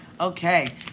Okay